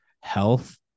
Health